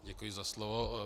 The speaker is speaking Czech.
Děkuji za slovo.